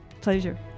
Pleasure